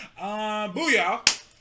booyah